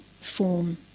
form